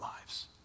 lives